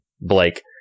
Blake